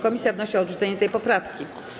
Komisja wnosi o odrzucenie tej poprawki.